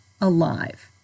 alive